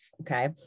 okay